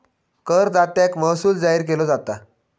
करदात्याक महसूल जाहीर केलो जाता